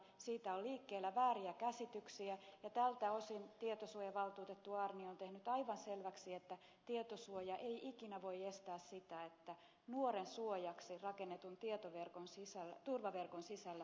siitä on liikkeellä vääriä käsityksiä ja tältä osin tietosuojavaltuutettu aarnio on tehnyt aivan selväksi että tietosuoja ei ikinä voi estää sitä että nuoren suojaksi rakennetun turvaverkon sisällä tieto ei kulje